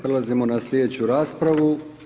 Prelazimo na sljedeću raspravu.